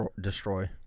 destroy